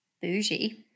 bougie